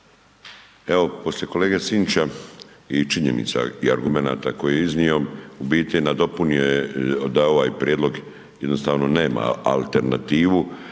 Evo, poslije kolege Sinčića i činjenica i argumenata koje je iznio, u biti je nadopunio je da ovaj prijedlog jednostavno alternativu